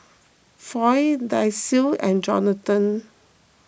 Floyd Dicie and Jonathon